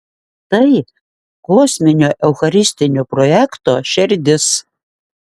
tai kosminio eucharistinio projekto šerdis